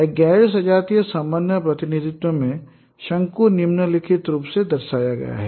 एक गैर सजातीय समन्वय प्रतिनिधित्व में शंकु निम्नलिखित रूप में दर्शाया गया है